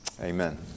Amen